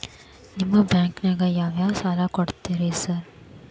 ನಿಮ್ಮ ಬ್ಯಾಂಕಿನಾಗ ಯಾವ್ಯಾವ ಸಾಲ ಕೊಡ್ತೇರಿ ಸಾರ್?